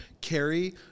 Carrie